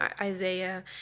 Isaiah